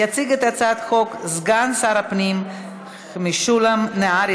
יציג את הצעת החוק סגן שר הפנים משולם נהרי.